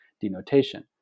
denotation